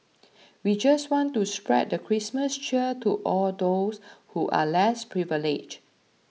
we just want to spread the Christmas cheer to all those who are less privileged